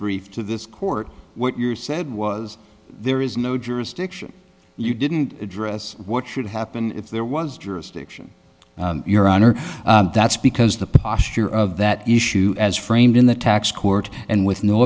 brief to this court what you said was there is no jurisdiction you didn't address what should happen if there was duress diction your honor that's because the posture of that issue as framed in the tax court and with no